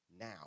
Now